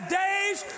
days